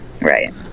Right